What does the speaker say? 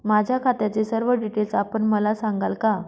माझ्या खात्याचे सर्व डिटेल्स आपण मला सांगाल का?